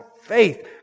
faith